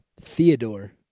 Theodore